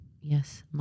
yes